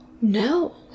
no